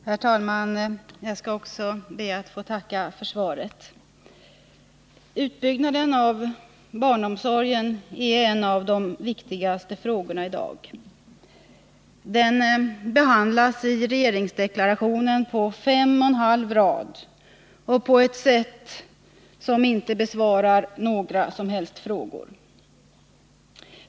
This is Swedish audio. Herr talman! Jag skall också be att få tacka för svaret. Utbyggnaden av barnomsorgen är en av de viktigaste frågorna i dag. Den behandlas i regeringsdeklarationen på fem och en halv rad och på ett sätt som Nr 30 inte besvarar några som helst frågor.